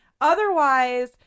Otherwise